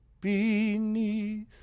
beneath